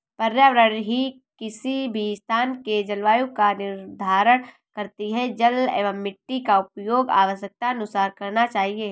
पर्यावरण ही किसी भी स्थान के जलवायु का निर्धारण करती हैं जल एंव मिट्टी का उपयोग आवश्यकतानुसार करना चाहिए